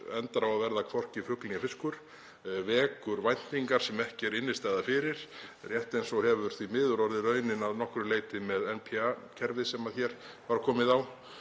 endar á að verða hvorki fugl né fiskur, vekur væntingar sem ekki er innstæða fyrir, rétt eins og hefur því miður orðið raunin að nokkru leyti með NPA-kerfið sem hér var komið á.